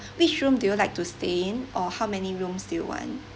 which room do you like to stay in or how many rooms do you want